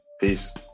Peace